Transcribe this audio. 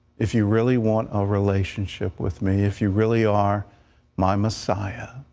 if you really want a relationship with me, if you really are my messiah,